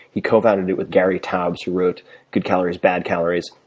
he cofounded it with gary taubes who wrote good calories, bad calories.